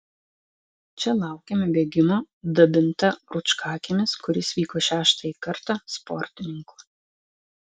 čia laukėme bėgimo dabinta rūčkakiemis kuris vyko šeštąjį kartą sportininkų